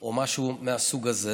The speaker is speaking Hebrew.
או משהו מהסוג הזה.